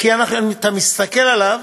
כי אתה מסתכל עליו,